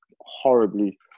horribly